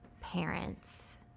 parents